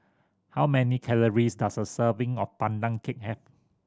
how many calories does a serving of Pandan Cake have